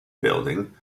building